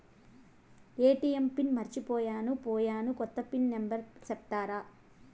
ATM PIN మర్చిపోయాను పోయాను, కొత్త పిన్ నెంబర్ సెప్తారా?